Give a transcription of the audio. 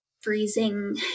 freezing